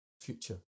future